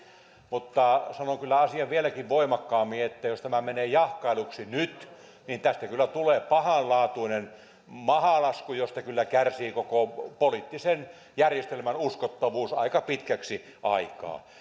mutta sanon kyllä asian vieläkin voimakkaammin jos tämä menee jahkailuksi nyt niin tästä kyllä tulee pahanlaatuinen mahalasku josta kyllä kärsii koko poliittisen järjestelmän uskottavuus aika pitkäksi aikaa